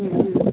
हँ हँ